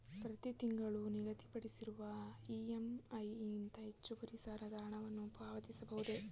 ಪ್ರತಿ ತಿಂಗಳು ನಿಗದಿಪಡಿಸಿರುವ ಇ.ಎಂ.ಐ ಗಿಂತ ಹೆಚ್ಚುವರಿ ಸಾಲದ ಹಣವನ್ನು ಪಾವತಿಸಬಹುದೇ?